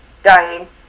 dying